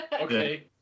Okay